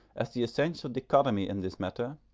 as the essential dichotomy in this matter,